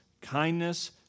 kindness